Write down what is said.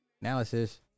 analysis